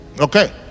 Okay